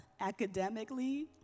academically